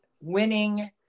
winning